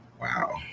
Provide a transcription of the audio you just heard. wow